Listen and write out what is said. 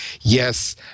yes